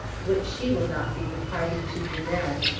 which she will not be the party to demand,